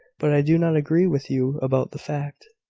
but i do not agree with you about the fact.